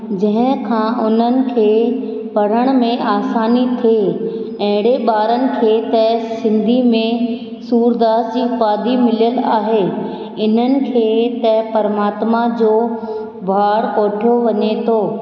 जंहिंखां उन्हनि खे पढ़ण में आसानी थिए अहिड़े ॿारनि खे त सिंधी में सूरदास जी उपाधी मिलियलु आहे इन्हनि खे त परमात्मा जो ॿार कोठियो वञे थो